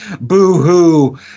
boo-hoo